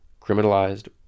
criminalized